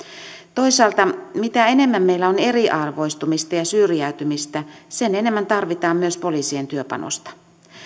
toisaalta mitä enemmän meillä on eriarvoistumista ja syrjäytymistä sitä enemmän tarvitaan myös poliisien työpanosta